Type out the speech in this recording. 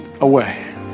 away